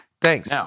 Thanks